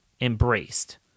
embraced